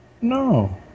No